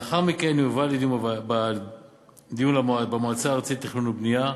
ולאחר מכן יובא לדיון במועצה הארצית לתכנון ולבנייה.